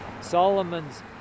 Solomon's